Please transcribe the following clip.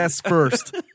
first